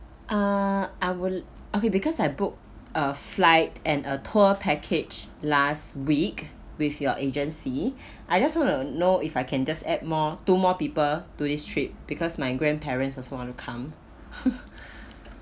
uh I would okay because I book a flight and a tour package last week with your agency I just want to know if I can just add more two more people to this trip because my grandparents also want to come